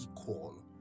equal